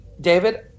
David